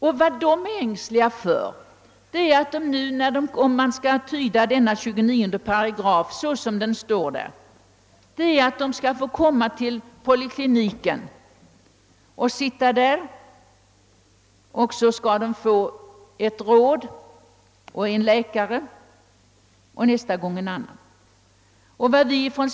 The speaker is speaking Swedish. Vad dessa människor är ängsliga för är att — om man nu skall tyda 29 § på det sätt som den är formulerad — de skall bli hänvisade till att sitta på polikliniken, där de den ena gången får ett råd av en läkare, nästa gång ett annat råd av en annan läkare.